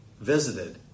visited